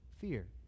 fear